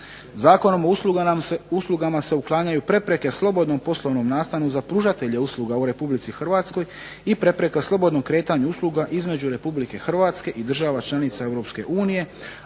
Zakonom o uslugama se uklanjaju prepreke slobodnom poslovnom nastanu za pružatelje usluga u Republici Hrvatskoj i prepreke slobodnom kretanju usluga između Republike Hrvatske i država članica